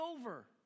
over